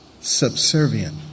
subservient